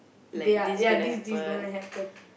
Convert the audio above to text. they are ya this this going to happen